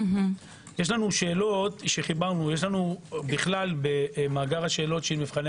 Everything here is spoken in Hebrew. יש לנו שאלות במאגר השאלות של מבחני